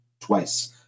twice